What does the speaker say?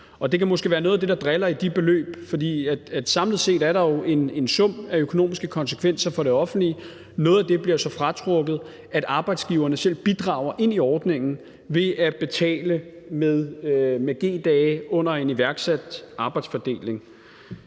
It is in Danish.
Det kan måske være noget af det, der driller i de beløb. For samlet set er der jo en sum af økonomiske konsekvenser for det offentlige. Noget af det bliver så fratrukket, altså det, at arbejdsgiverne selv bidrager ind i ordningen ved at betale med G-dage under en iværksat arbejdsfordeling.